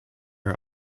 are